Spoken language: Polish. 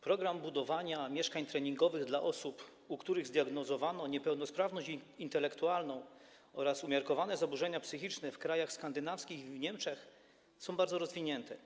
Programy budowania mieszkań treningowych dla osób, u których zdiagnozowano niepełnosprawność intelektualną oraz umiarkowane zaburzenia psychiczne, w krajach skandynawskich i w Niemczech są bardzo rozwinięte.